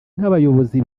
nk’abayobozi